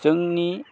जोंनि